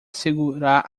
segurar